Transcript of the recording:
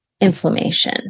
inflammation